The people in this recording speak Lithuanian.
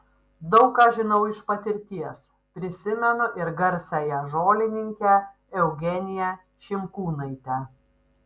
daug ką žinau iš patirties prisimenu ir garsiąją žolininkę eugeniją šimkūnaitę